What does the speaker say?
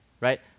right